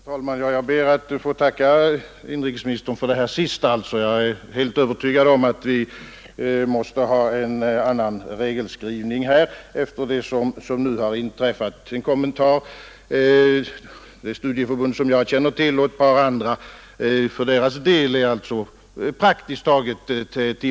Herr talman! Jag ber att få tacka inrikesministern för beskeden i hans senaste anförande. Jag är helt övertygad om att vi måste ha en annan regelskrivning efter vad som nu har inträffat. En kommentar: För det studieförbund som jag känner till och ett par andra är timmarna praktiskt taget slut.